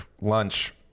lunch